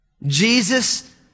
Jesus